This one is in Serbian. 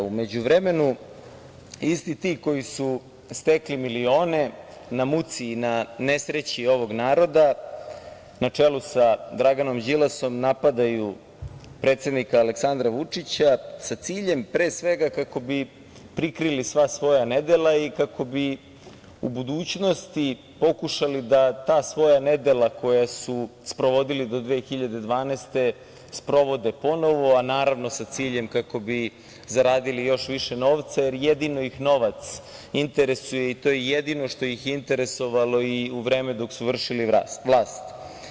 U međuvremenu, isti ti koji su stekli milione na muci i na nesreći ovog naroda, na čelu sa Draganom Đilasom, napadaju predsednika Aleksandra Vučića, sa ciljem, pre svega, kako bi prikrili sva svoja nedela i kako bi u budućnosti pokušali da ta svoja nedela, koja su sprovodili do 2012. godine, sprovode ponovo, a naravno, sa ciljem kako bi zaradili još više novca, jer jedino ih novac interesuje i to je jedino što ih je interesovalo i vreme dok su vršili vlast.